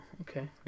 okay